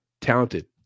Talented